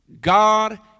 God